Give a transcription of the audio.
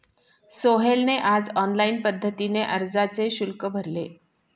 सोहेलने आज ऑनलाईन पद्धतीने अर्जाचे शुल्क भरले